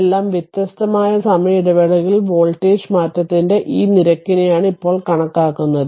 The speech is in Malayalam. ഇതെല്ലാം വ്യത്യസ്ത സമയ ഇടവേളകളിൽ വോൾട്ടേജ് മാറ്റത്തിന്റെ ഈ നിരക്കിനെയാണ് ഇപ്പോൾ കണക്കാക്കുന്നത്